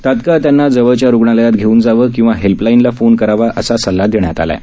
तत्काळ त्यांना जवळच्या रुग्णालयात घेऊन जावं किंवा हेल्पलाइनला फोन करावा असा सल्ला देण्यात आलाय